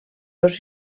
dos